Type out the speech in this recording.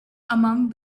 among